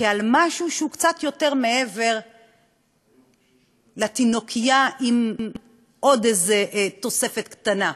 כעל משהו שהוא קצת יותר מעבר לתינוקייה עם עוד איזו תוספת קטנה.